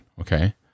okay